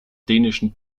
dänischen